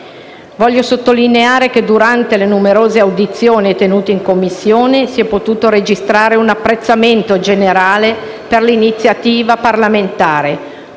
Voglio sottolineare che, durante le numerose audizioni tenute in Commissione, si è potuto registrare un apprezzamento generale per l'iniziativa parlamentare,